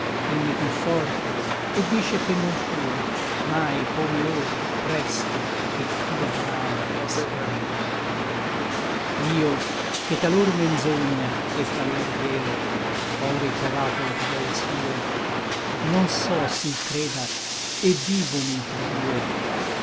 et mi conforta et dice che non fue mai come or presto a quel ch'io bramo et spero io che talor menzogna et talor vero ò ritrovato le parole sue non so s'i l creda et vivomi intra due